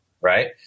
Right